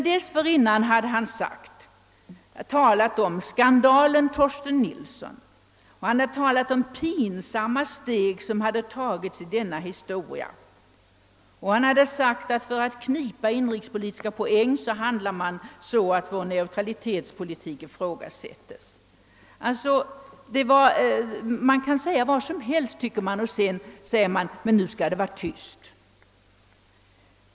Dessförinnan hade han emellertid talat om skandalen Torsten Nilsson, om pinsamma steg som hade tagits i denna historia och om att vi för att knipa inrikespolitiska poäng handlat så att vårt lands neutralitetspolitik ifrågasatts. Man kan alltså yttra sig hur som helst och sedan säga att nu skall det vara tyst.